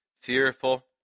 fearful